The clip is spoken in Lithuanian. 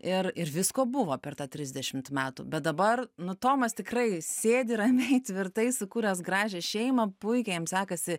ir ir visko buvo per tą trisdešimt metų bet dabar nu tomas tikrai sėdi ramiai tvirtai sukūręs gražią šeimą puikiai jam sekasi